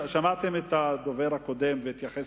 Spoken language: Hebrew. שמעתם את הדובר הקודם, שהתייחס